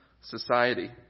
society